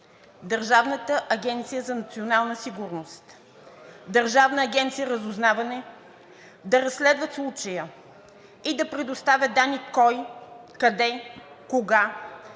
Държавна агенция „Национална сигурност“, Държавна агенция „Разузнаване“, да разследват случая и да предоставят данни кой, къде, кога